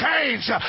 change